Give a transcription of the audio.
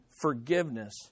forgiveness